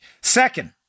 Second